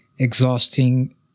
exhausting